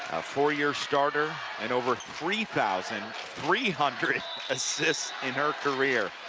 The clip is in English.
four-year starter and over three thousand three hundred assists in her career.